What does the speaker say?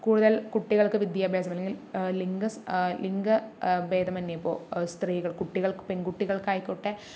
കൂടുതൽ കുട്ടികൾക്ക് വിദ്യാഭ്യാസം അല്ലെങ്കിൽ ലിംഗസ് ലിംഗ ഭേദമന്യേ ഇപ്പോൾ സ്ത്രീകൾ കുട്ടികൾ പെൺകുട്ടികൾക്കായിക്കോട്ടെ